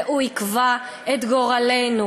והוא יקבע את גורלנו.